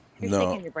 No